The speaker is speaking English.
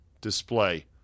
display